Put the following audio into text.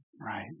Right